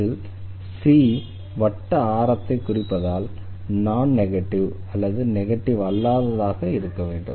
இதில் c வட்ட ஆரத்தை குறிப்பதால் நான் நெகட்டிவ் அதாவது நெகட்டிவ் அல்லாததாக இருக்க வேண்டும்